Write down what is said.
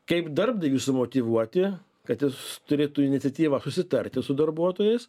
kaip darbdavį sumotyvuoti kad jis turėtų iniciatyvą susitarti su darbuotojais